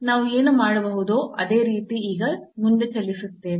ನಾವು ಏನು ಮಾಡಬಹುದೋ ಅದೇ ರೀತಿ ಈಗ ಮುಂದೆ ಚಲಿಸುತ್ತೇವೆ